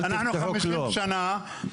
אל תפתחו כלום,